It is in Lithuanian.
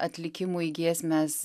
atlikimui giesmes